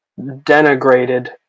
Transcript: denigrated